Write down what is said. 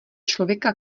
člověka